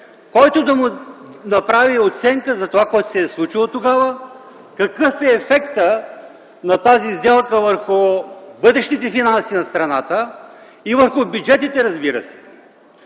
който да направи оценка за това, което се е случило тогава, какъв е ефектът на тази сделка върху бъдещите финанси на страната и върху бюджетите, разбира се.